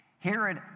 Herod